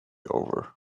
over